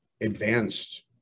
advanced